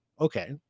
okay